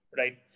right